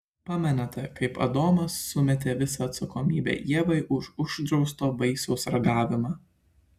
pamenate kaip adomas sumetė visą atsakomybę ievai už uždrausto vaisiaus ragavimą